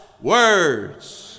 words